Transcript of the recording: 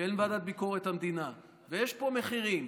שאין ועדת ביקורת המדינה ויש פה מחירים,